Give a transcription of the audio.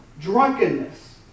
drunkenness